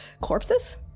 corpses